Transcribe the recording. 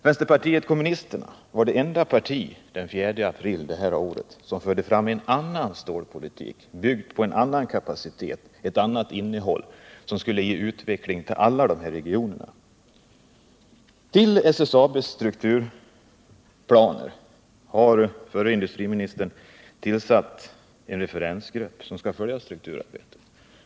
Vänsterpartiet kommunisterna var det enda parti som den 4 april i år talade för en annan stålpolitik, byggd på en annan kapacitet och på ett annat innehåll som skulle kunna betyda en utveckling för alla regionerna. Med anledning av SSAB:s strukturplaner har förre industriministern tillsatt en referensgrupp som skall följa strukturarbetet.